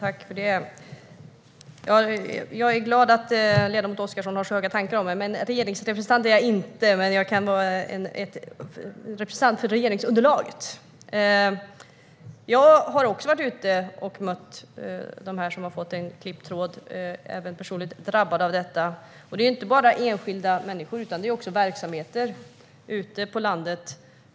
Fru talman! Jag är glad att ledamot Oscarsson har så höga tankar om mig. Regeringsrepresentant är jag dock inte, men jag kan agera representant för regeringsunderlaget. Jag har också varit ute och mött dem som har fått tråden klippt och är även personligt drabbad av detta. Det gäller inte bara enskilda människor, utan det gäller också verksamheter ute på landet.